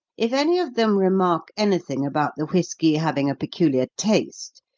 if any of them remark anything about the whiskey having a peculiar taste,